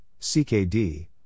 CKD